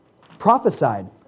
prophesied